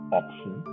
option